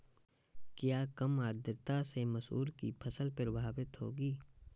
क्या कम आर्द्रता से मसूर की फसल प्रभावित होगी?